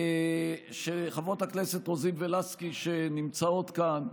לחברות הכנסת רוזין ולסקי, שנמצאות כאן.